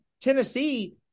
Tennessee